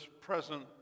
present